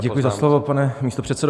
Děkuji za slovo, pane místopředsedo.